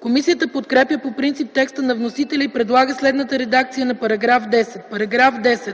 Комисията подкрепя по принцип текста на вносителя и предлага следната редакция на § 5: „§ 5. В чл.